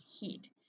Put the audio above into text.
heat